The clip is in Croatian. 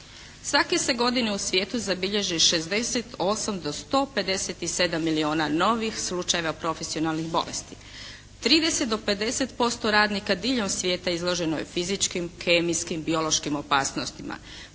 Svake se godine u svijetu zabilježi 68 do 157 milijuna novih slučajeva profesionalnih bolesti. 30 do 50% radnika diljem svijeta izloženo je fizičkim, kemijskim, biološkim opasnostima,